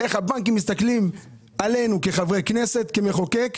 איך הבנקים מסתכלים עלינו כחברי כנסת, כמחוקק.